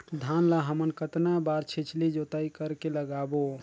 धान ला हमन कतना बार छिछली जोताई कर के लगाबो?